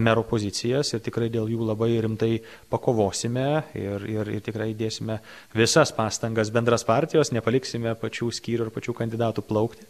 merų pozicijas ir tikrai dėl jų labai rimtai pakovosime ir ir ir tikrai dėsime visas pastangas bendras partijos nepaliksime pačių skyrių ir pačių kandidatų plaukti